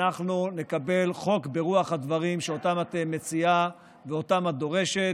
אנחנו נקבל חוק ברוח הדברים שאותם את מציעה ואותם את דורשת.